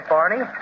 Barney